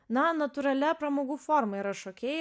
na natūralia pramogų forma yra šokėjai